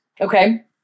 Okay